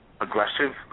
aggressive